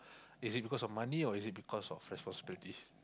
is it because of money or is it because of responsibilities